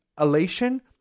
elation